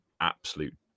absolute